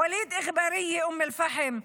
וליד איגברייה מאום אל-פחם,